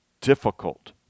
difficult